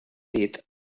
dit